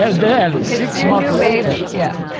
yeah then six months later, right. yeah.